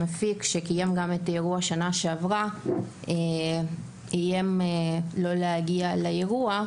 המפיק שקיים גם את האירוע בשנה שעברה איים לא להגיע לאירוע,